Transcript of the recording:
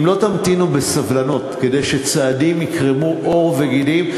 אם לא תמתינו בסבלנות כדי שצעדים יקרמו עור וגידים,